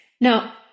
Now